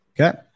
okay